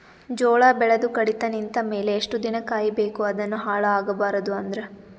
ಜೋಳ ಬೆಳೆದು ಕಡಿತ ನಿಂತ ಮೇಲೆ ಎಷ್ಟು ದಿನ ಕಾಯಿ ಬೇಕು ಅದನ್ನು ಹಾಳು ಆಗಬಾರದು ಅಂದ್ರ?